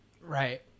Right